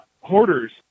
Hoarders